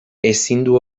ezindu